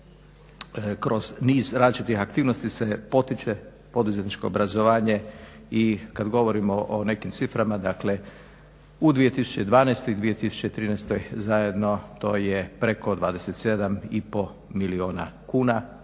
kroz niz različitih aktivnosti se potiče poduzetničko obrazovanje i kad govorimo o nekim ciframa dakle u 2012. i 2013. zajedno to je preko 27 i pol milijuna kuna.